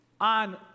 on